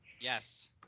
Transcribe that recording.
Yes